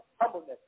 humbleness